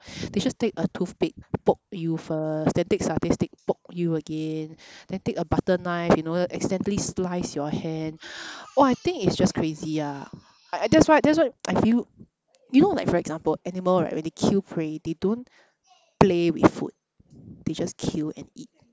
they just take a toothpick poke you first then take satay stick poke you again then take a butter knife you know accidentally slice your hand !wah! I think it's just crazy ah I I that's why that's why I feel you know like for example animal right when they kill prey they don't play with food they just kill and eat